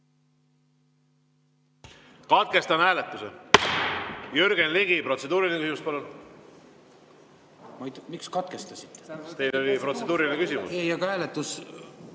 Katkestan hääletuse. Jürgen Ligi, protseduuriline küsimus,